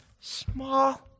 small